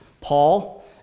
Paul